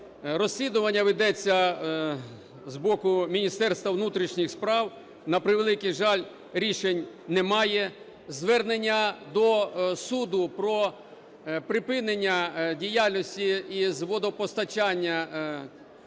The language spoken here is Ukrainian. Розслідування ведеться з боку Міністерства внутрішніх справ, на превеликий жаль, рішень немає. Звернення до суду про припинення діяльності із водопостачання